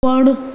वणु